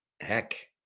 heck